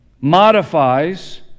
modifies